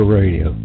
radio